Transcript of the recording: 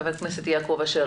חבר הכנסת יעקב אשר,